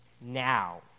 now